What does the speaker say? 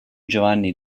giovanni